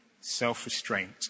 self-restraint